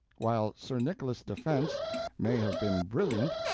while sir nicholas's defense may have been brilliant,